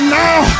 now